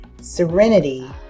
serenity